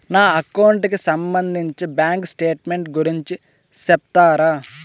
నా అకౌంట్ కి సంబంధించి బ్యాంకు స్టేట్మెంట్ గురించి సెప్తారా